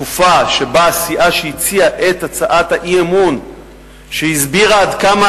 התקופה שבה הסיעה שהציעה את הצעת האי-אמון והסבירה עד כמה